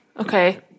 Okay